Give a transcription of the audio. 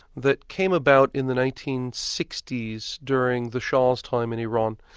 that came about in the nineteen sixty s during the shah's time in iran.